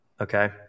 Okay